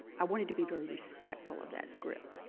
i wanted to be very respectful of that script.